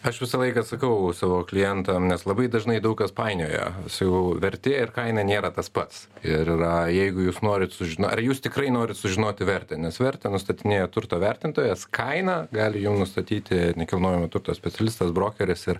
aš visą laiką sakau savo klientam nes labai dažnai daug kas painioja su vertė ir kaina nėra tas pats ir yra jeigu jūs norit sužino ar jūs tikrai norit sužinoti vertę nes vertę nustatinėja turto vertintojas kainą gali jum nustatyti nekilnojamo turto specialistas brokeris ir